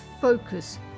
focus